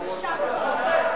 אתה מתגאה, בושה וחרפה.